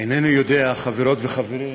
אינני יודע, חברות וחברים,